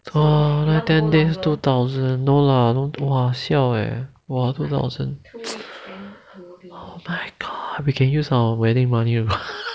so ten days two thousand no lah don't lah siao eh !wah! two thousand oh my god we can use our wedding money or not